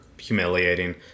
humiliating